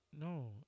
No